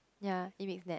ya Nat